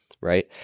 right